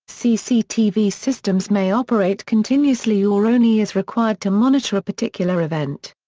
cctv systems may operate continuously or only as required to monitor a particular event.